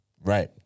right